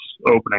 opening